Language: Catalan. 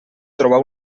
trobar